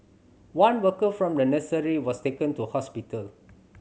one worker from the nursery was taken to hospital